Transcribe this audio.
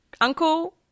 uncle